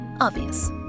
Obvious